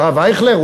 הרב אייכלר,